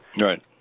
right